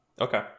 Okay